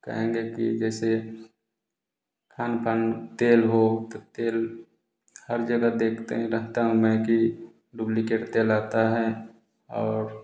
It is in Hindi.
कहेंगे की जैसे खान पान तेल हो तो तेल हर जगह देखते ही रहता हूँ मैं की डुप्लिकेट तेल आता है और